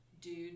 dude